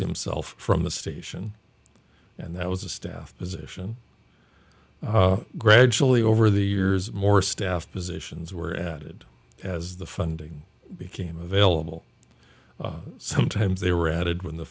himself from the station and that was a staff position gradually over the years more staff positions were added as the funding became available sometimes they were added when the